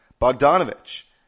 Bogdanovich